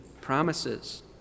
promises